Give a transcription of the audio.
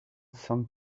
some